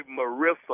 Marissa